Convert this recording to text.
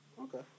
Okay